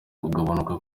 kugabanuka